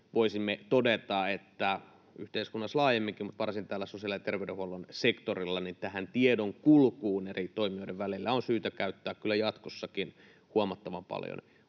voisimme todeta, että yhteiskunnassa laajemminkin — mutta varsinkin tällä sosiaali- ja terveydenhuollon sektorilla — tähän tiedonkulkuun eri toimijoiden välillä on syytä käyttää kyllä jatkossakin huomattavan paljon